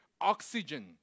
oxygen